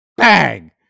Bang